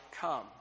come